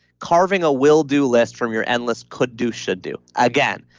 carving a will-do list from your endless could do should do. again,